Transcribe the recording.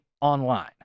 online